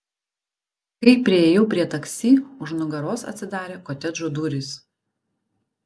kai priėjau prie taksi už nugaros atsidarė kotedžo durys